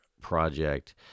project